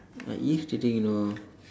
like irritating you know